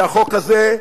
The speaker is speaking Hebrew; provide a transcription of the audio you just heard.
זה החוק הזה,